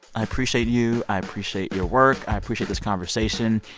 i appreciate you. i appreciate your work. i appreciate this conversation.